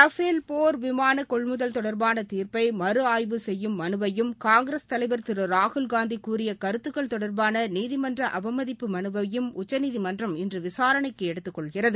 Rafale போர் விமான கொள்முதல் தொடர்பான தீர்ப்பை மறு ஆய்வு செய்யும் மனுவையும் காங்கிரஸ் தலைவர் திரு ராகுல்காந்தி கூறிய கருத்துக்கள் தொடர்பான நீதிமன்ற அவமதிப்பு மனுவையும் உச்சநீதிமன்றம் இன்று விசாரணைக்கு எடுத்துக் கொள்கிறது